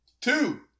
Two